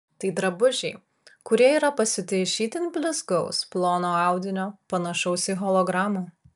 tai drabužiai kurie yra pasiūti iš itin blizgaus plono audinio panašaus į hologramą